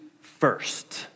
first